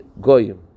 Goyim